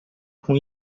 com